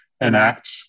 enact